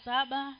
Saba